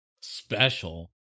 special